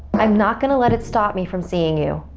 i'm not gonna let it stop me from seeing you.